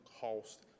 cost